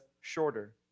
shorter